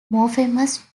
morphemes